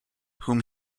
whom